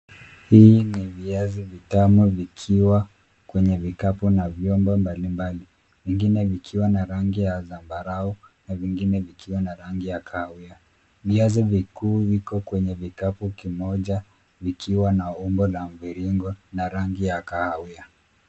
Hii ni viazi vitamu vikiwa kwenye vikapu na vyombo mbalimbali vingine vikiwa na rangi ya zambarau na vingine vikiwa na rangi ya kahawia. Viazi vikuu viko kwenye kikapu kimoja vikiwa na umbo la mviringo na rangi ya kahawia.